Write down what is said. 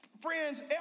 friends